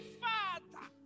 father